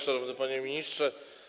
Szanowny Panie Ministrze!